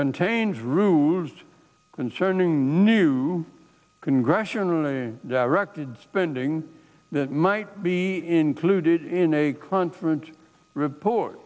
contains rules concerning new congressionally directed spending that might be included in a